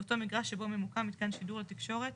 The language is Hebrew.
באותו מגרש שבו ממוקם מיתקן שידור לתקשורת